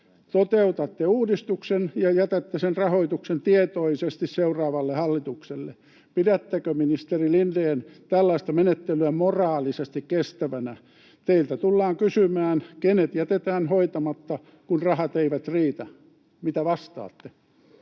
Toteutatte uudistuksen ja jätätte sen rahoituksen tietoisesti seuraavalle hallitukselle. Pidättekö, ministeri Lindén, tällaista menettelyä moraalisesti kestävänä? Teiltä tullaan kysymään, kenet jätetään hoitamatta, kun rahat eivät riitä. Mitä vastaatte?